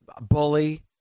bully